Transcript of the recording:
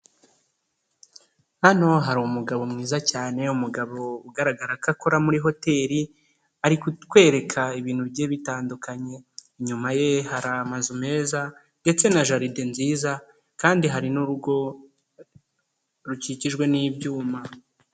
Hano hari umugabo mwiza cyane umugabo, ugaragara ko akora muri hoteri, ari kutwereka ibintu bye bitandukanye, inyuma ye hari amazu meza, ndetse na jaride nziza, kandi hari n'urugo rukikijwe n'ibyuma.